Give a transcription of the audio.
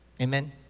Amen